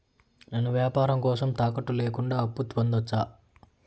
నేను వ్యాపారం కోసం తాకట్టు లేకుండా అప్పు పొందొచ్చా?